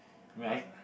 I mean I